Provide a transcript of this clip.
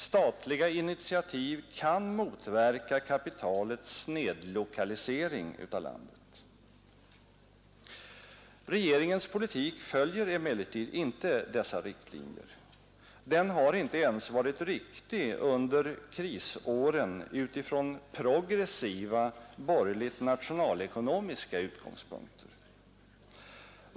Statliga initiativ kan motverka kapitalets snedlokalisering av landet. Regeringens politik följer emellertid inte dessa riktlinjer. Den har inte ens varit riktig under krisåren utifrån progressiva borgerligt nationalekonomiska utgångspunkter.